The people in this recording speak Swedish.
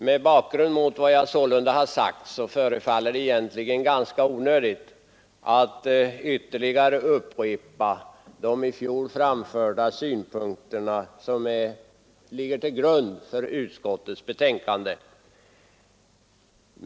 Mot bakgrund av vad jag sålunda sagt förefaller det egentligen ganska onödigt att ytterligare upprepa de i fjol framförda synpunkterna som ligger till grund för utskottets betänkande.